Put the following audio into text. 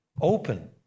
open